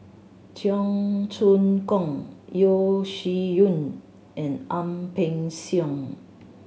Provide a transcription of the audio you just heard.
Cheong Choong Kong Yeo Shih Yun and Ang Peng Siong